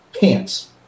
pants